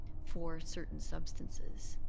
for certain substances,